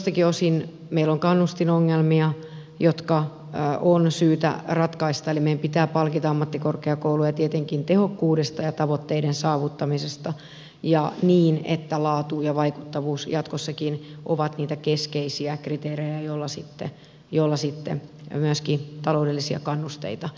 joiltakin osin meillä on kannustinongelmia jotka on syytä ratkaista eli meidän pitää tietenkin palkita ammattikorkeakouluja tehokkuudesta ja tavoitteiden saavuttamisesta niin että laatu ja vaikuttavuus jatkossakin ovat niitä keskeisiä kriteerejä joilla myöskin taloudellisia kannusteita tulee